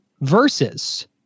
Versus